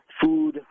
food